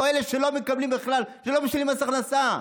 או אלה שלא מקבלים בכלל, לא משלמים מס הכנסה?